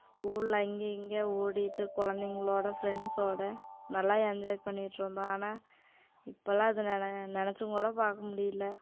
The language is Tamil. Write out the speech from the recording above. ஸ்கூலில் அங்கே இங்கே ஓடி ஓடிகிட்டு குழந்தைங்களோட ஃப்ரெண்ட்ஸ்ஸோடய நல்லா என்ஜாய் பண்ணிகிட்டுருந்தோம் ஆனால் இப்போலாம் அத நினச்சும் கூட பார்க்க முடியல